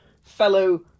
fellow